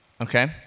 okay